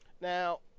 Now